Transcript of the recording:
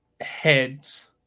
Heads